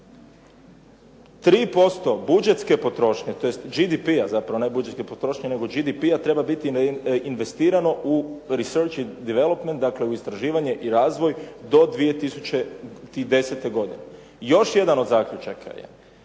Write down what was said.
“3% budžetske potrošnje, tj. GDP-a, zapravo ne budžetske potrošnje nego GDP-a treba biti investirano u …/Govornik govori engleski, ne razumije se./… dakle u istraživanje i razvoj do 2010. godine. Još jedan od zaključaka je